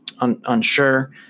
unsure